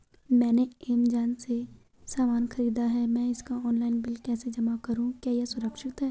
मैंने ऐमज़ान से सामान खरीदा है मैं इसका ऑनलाइन बिल कैसे जमा करूँ क्या यह सुरक्षित है?